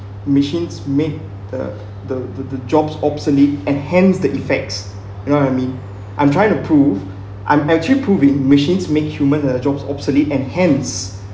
machines made the the the the jobs obsolete and hence the effects you know I mean I'm trying to prove I'm actually proving machines make human and jobs obsolete and hence